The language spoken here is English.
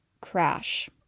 crash